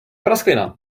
prasklina